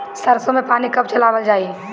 सरसो में पानी कब चलावल जाई?